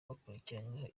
bakurikiranyweho